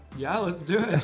yeah, let's do it.